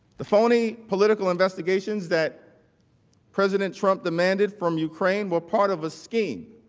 the phony political investigations that president trump demanded from ukraine were part of a scheme.